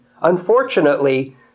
unfortunately